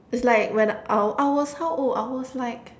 its like when I w~ I was how old I was like